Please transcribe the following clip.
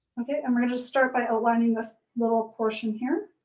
and we're gonna start by outlining this little portion here.